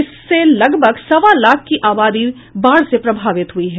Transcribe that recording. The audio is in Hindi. इससे लगभग सवा लाख की आबादी बाढ़ से प्रभावित ह्यी है